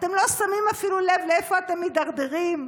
אתם לא שמים אפילו לב לאיפה אתם מידרדרים,